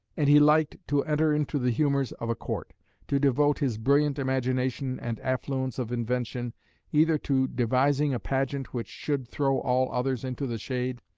and he liked to enter into the humours of a court to devote his brilliant imagination and affluence of invention either to devising a pageant which should throw all others into the shade,